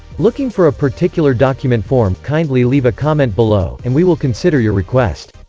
looking for a particular document form, kindly leave a comment below, and we will consider your request.